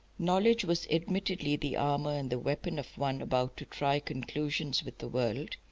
knowledge was admittedly the armour and the weapon of one about to try conclusions with the world,